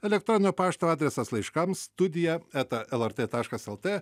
elektroninio pašto adresas laiškams studija eta lrt taškas lt